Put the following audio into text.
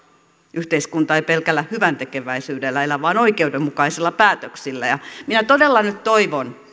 yhteiskunta ei pelkällä hyväntekeväisyydellä elä vaan oikeudenmukaisilla päätöksillä ja minä todella nyt toivon